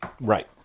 right